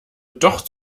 doch